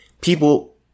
People